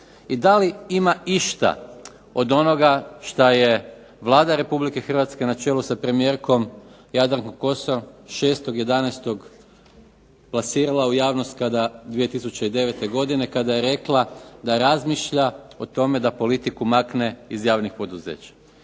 i da li ima išta od onoga što je Vlada Republike Hrvatske na čelu sa premijerkom Jadrankom Kosor, 6. 11. plasirala u javnost 2009. godine kada je rekla da razmišlja da politiku makne iz javnih poduzeća.